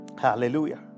Hallelujah